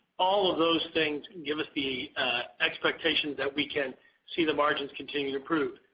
all of those things give us the expectation that we can see the margins continue to improve.